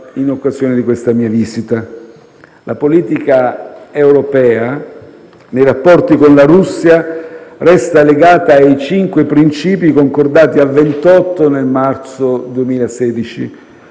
internazionali e di sicurezza. La politica europea nei rapporti con la Russia resta legata ai cinque princìpi concordati a 28 nel marzo 2016: